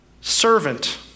servant